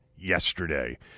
yesterday